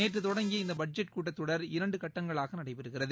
நேற்றுதொடங்கிய இந்தபட்ஜெட் கூட்டத்தொடர் இரண்டுகட்டங்களாகநடைபெறுகிறது